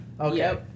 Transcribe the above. Okay